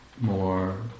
more